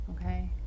Okay